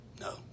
No